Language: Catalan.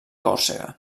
còrsega